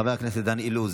חבר הכנסת דן אילוז,